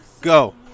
go